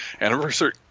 anniversary